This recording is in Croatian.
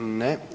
Ne.